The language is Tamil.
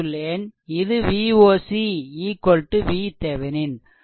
இது Voc VThevenin